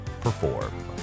perform